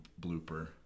blooper